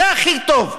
זה הכי טוב.